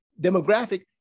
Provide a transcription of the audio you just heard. demographic